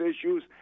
issues